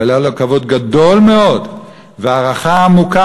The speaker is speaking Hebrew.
אבל היה לו כבוד גדול מאוד והערכה עמוקה